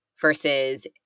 versus